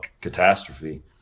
catastrophe